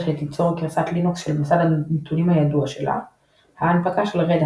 שתיצור גרסת לינוקס של מסד הנתונים הידוע שלה; ההנפקה של Red Hat